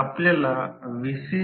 ही दिलेली मापदंड आहेत